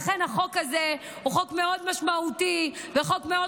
לכן החוק הזה הוא חוק מאוד משמעותי וחשוב.